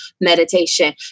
meditation